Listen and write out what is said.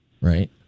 right